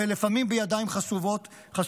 ולפעמים בידיים חשופות,